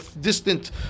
distant